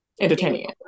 entertaining